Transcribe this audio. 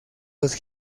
los